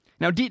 Now